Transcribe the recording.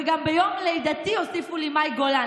וגם ביום לידתי הוסיפו לי מאי גולן,